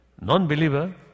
non-believer